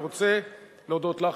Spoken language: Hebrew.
אני רוצה להודות לך,